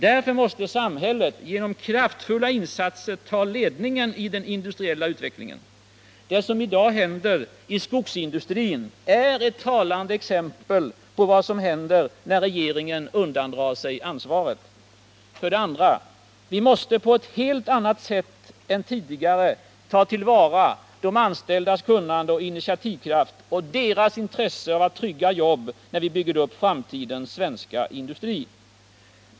Därför måste samhället genom kraftfulla insatser ta ledningen i den industriella utvecklingen. Det som i dag händer i skogsindustrin är ett talande exempel på vad som händer när regeringen undandrar sig det ansvaret. För det andra: Vi måste på ett helt annat sätt än tidigare ta till vara de anställdas kunnande och initiativkraft, och deras intresse av trygga jobb, när vi bygger upp framtidens svenska industri.